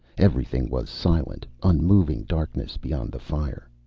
everything was silent. unmoving darkness, beyond the fire.